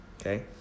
Okay